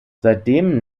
seitdem